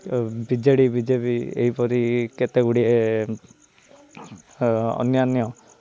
ବି J D B J P ଏହିପରି କେତେ ଗୁଡ଼ିଏ ଅନ୍ୟାନ୍ୟ